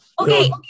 Okay